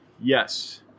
Yes